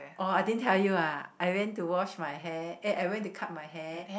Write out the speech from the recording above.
oh I didn't tell you ah I went to wash my hair eh I went to cut my hair